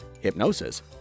hypnosis